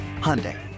Hyundai